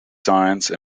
science